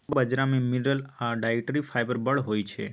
proso बजरा मे mineral आ डाइटरी फाइबर बड़ होइ छै